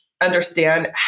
understand